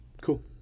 Cool